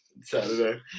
Saturday